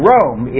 Rome